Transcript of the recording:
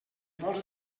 vols